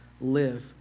live